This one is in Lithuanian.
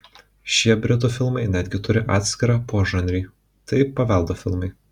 šie britų filmai netgi turi atskirą požanrį tai paveldo filmai